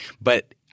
But-